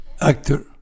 actor